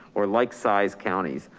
or like-sized counties,